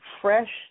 fresh